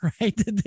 right